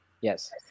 Yes